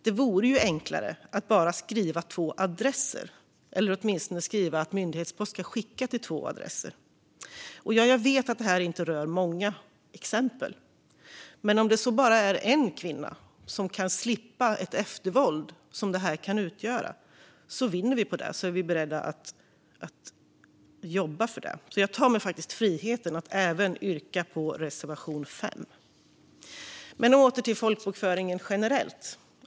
Det vore enklare att bara skriva två adresser, eller åtminstone skriva att myndighetspost ska skickas till två adresser. Ja, jag vet att detta inte rör många exempel, men om det så bara är en enda kvinna som kan slippa det eftervåld som kan bli följden vinner vi på detta, och då är vi beredda att jobba för det. Jag tar mig alltså friheten att även yrka bifall till reservation 5. Åter till folkbokföringen generellt.